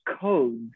codes